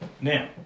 Now